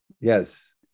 yes